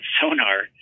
sonar